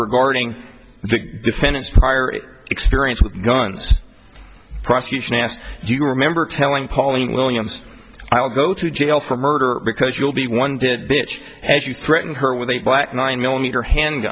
regarding the defendant's prior experience with guns prosecution asked do you remember telling pauline williams i'll go to jail for murder because you'll be one dead bitch as you threaten her with a black nine millimeter hand